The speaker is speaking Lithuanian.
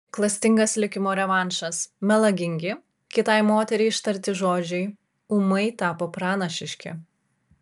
klastingas likimo revanšas melagingi kitai moteriai ištarti žodžiai ūmai tapo pranašiški